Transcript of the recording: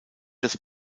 das